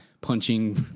punching